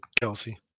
Kelsey